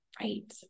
right